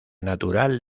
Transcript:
natural